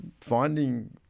finding